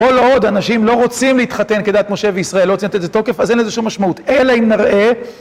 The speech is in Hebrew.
כל עוד, אנשים לא רוצים להתחתן כדעת משה וישראל, לא רוצים לתת את זה תוקף, אז אין לזה שום משמעות. אלא אם נראה...